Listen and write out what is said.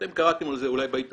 אתם קראתם על זה אולי בעיתונות,